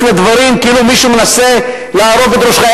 לדברים כאילו מישהו מנסה לערוף את ראשך.